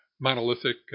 monolithic